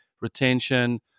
retention